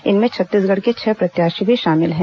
इनमें छत्तीसगढ़ के छह प्रत्याशी भी शामिल हैं